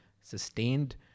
sustained